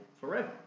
forever